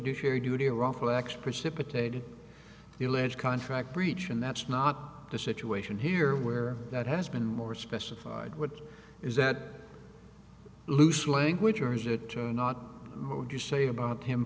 sure do to ruffle action precipitated the alleged contract breach and that's not the situation here where that has been more special ed what is that loose language or is it to not what would you say about him